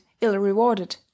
ill-rewarded